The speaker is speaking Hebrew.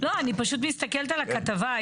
לא, אני פשוט מסתכלת על הכתבה.